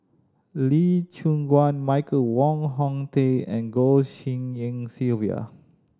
Lee Choon Guan Michael Wong Hong Teng and Goh Tshin En Sylvia